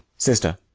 sister,